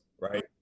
right